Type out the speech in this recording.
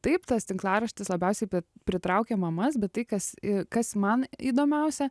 taip tas tinklaraštis labiausiai pritraukė mamas bet tai kas i kas man įdomiausia